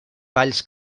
valls